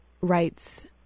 writes